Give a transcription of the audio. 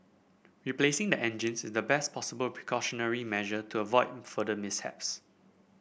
replacing the engines is the best possible precautionary measure to avoid further mishaps